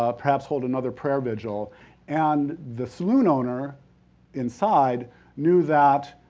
ah perhaps hold another prayer vigil and the saloon owner inside knew that,